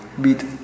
beat